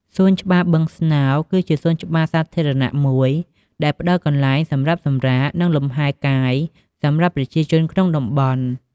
សួនច្បារបឹងស្នោគឺជាសួនច្បារសាធារណៈមួយដែលផ្តល់កន្លែងសម្រាប់សម្រាក និងលំហែកាយសម្រាប់ប្រជាជនក្នុងតំបន់។